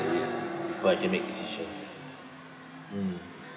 read before I can make decisions mm